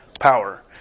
power